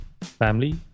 family